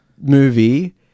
movie